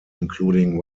including